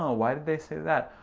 ah why did they say that?